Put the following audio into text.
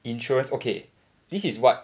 insurance okay this is what